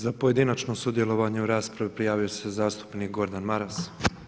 Za pojedinačno sudjelovanje u raspravi prijavio se zastupnik Gordan Maras.